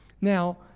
Now